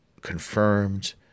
confirmed